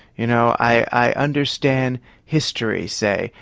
you know i understand history, say,